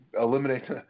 eliminate